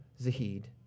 Zahid